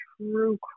true